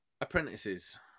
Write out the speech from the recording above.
Apprentices